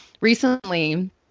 recently